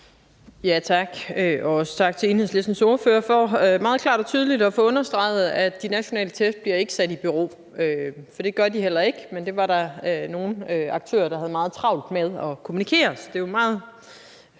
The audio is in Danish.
tak til Enhedslistens ordfører for meget klart og tydeligt at få understreget, at de nationale tests ikke bliver sat i bero – for det gør de heller ikke, men det var der nogle aktører der havde meget travlt med at kommunikere.